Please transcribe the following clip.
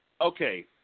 Okay